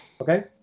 Okay